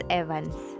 evans